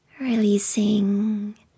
releasing